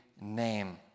name